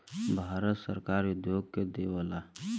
भारत सरकार उद्योग के देवऽला